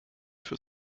für